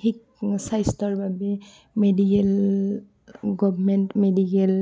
শি স্বাস্থ্যৰ বাবে মেডিকেল গভমেণ্ট মেডিকেল